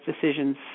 decisions